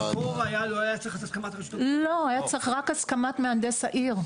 היה צריך רק את הסכמת מהנדס העיר.